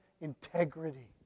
integrity